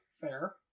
Fair